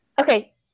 Okay